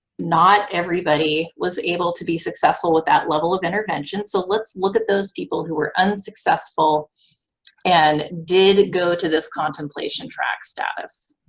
not everybody was able to be successful with that level of intervention, so let's look at those people who were unsuccessful and did go to this contemplation track status.